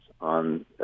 on